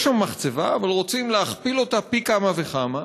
יש שם מחצבה, אבל רוצים להכפיל אותה פי כמה וכמה,